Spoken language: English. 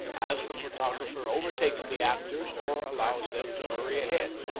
as the photographer overtakes the actors or allows them to hurry ahead.